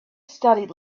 studied